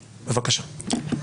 בבקשה.